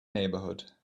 neighbourhood